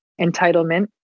entitlement